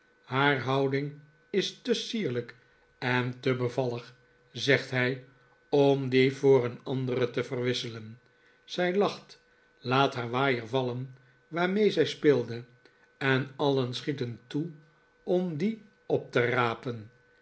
haar houding is te sierlijk en te bevallig zegt hij om die voor een andere te verwisselen zij lacht laat haar waaier vallen waarmee zij speelde en alien schieten toe om dien op te rapen